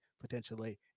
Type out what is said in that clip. potentially